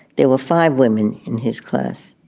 there were five women in his class